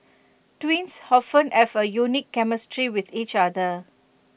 twins often have A unique chemistry with each other